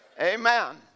Amen